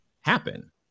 happen